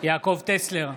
יעקב טסלר,